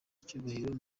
icyubahiro